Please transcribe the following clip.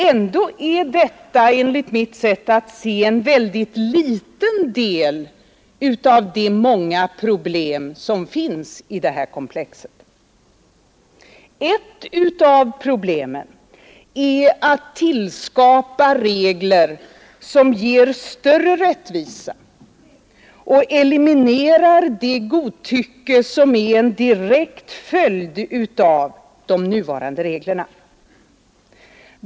Ändå är detta enligt mitt sätt att se ett litet problem bland de många som finns i det här komplexet. Ett av problemen är att tillskapa regler som ger större rättvisa och eliminerar det godtycke som är en direkt följd av de nuvarande reglerna.